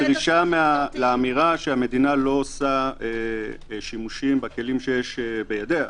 אמרתי את זה כמענה לאמירה שהמדינה לא עושה שימושים בכלים שיש בידיה.